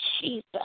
Jesus